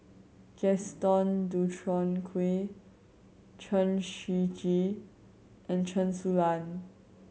Gaston Dutronquoy Chen Shiji and Chen Su Lan